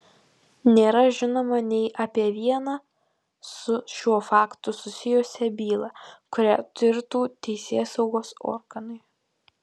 nėra žinoma nei apie vieną su šiuo faktu susijusią bylą kurią tirtų teisėsaugos organai